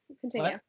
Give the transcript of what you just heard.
Continue